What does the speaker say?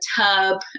tub